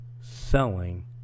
selling